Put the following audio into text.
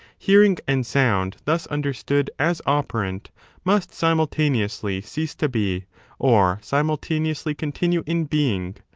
hearing and sound thus understood as operant must simultaneously cease to be or simultaneously continue in being,